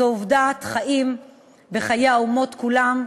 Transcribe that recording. זאת עובדת חיים בחיי האומות כולן,